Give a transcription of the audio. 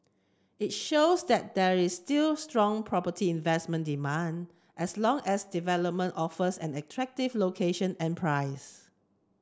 it shows that there is still strong property investment demand as long as development offers an attractive location and price